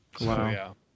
Wow